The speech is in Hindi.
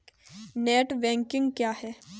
नेट बैंकिंग क्या है?